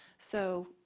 so,